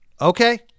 Okay